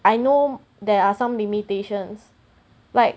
I know there are some limitations like